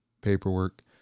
paperwork